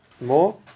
more